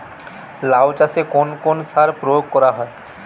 লাউ চাষে কোন কোন সার প্রয়োগ করা হয়?